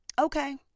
okay